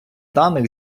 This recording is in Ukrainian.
даних